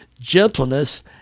gentleness